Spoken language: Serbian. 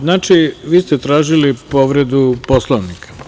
Znači, vi ste tražili povredu Poslovnika.